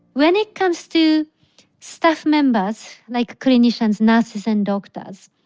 when it comes to staff members, like clinicians, nurses, and doctors,